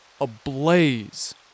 ablaze